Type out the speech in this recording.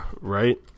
right